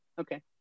Okay